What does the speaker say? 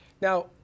Now